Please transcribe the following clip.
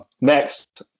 Next